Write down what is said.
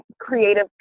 creative